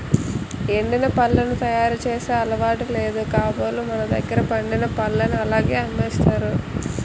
ఎండిన పళ్లను తయారు చేసే అలవాటు లేదు కాబోలు మనదగ్గర పండిన పల్లని అలాగే అమ్మేసారు